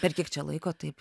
per kiek čia laiko taip